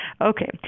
Okay